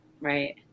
Right